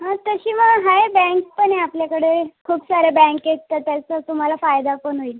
हा तशी मग आहे बँक पण आहे आपल्याकडे खूप साऱ्या बँक आहेत तर त्याचा तुम्हाला फायदा पण होईल